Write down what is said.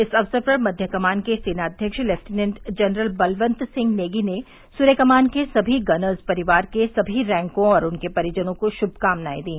इस अक्सर पर मध्य कमान के सेनाव्यक्ष लेफ्टिनेट जनरल बलवन्त सिंह नेगी ने सुर्या कमान के सभी गनर्स परिवार के समी रैकों और उनके परिजनों को शुमकामनाए दी